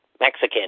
Mexican